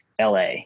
LA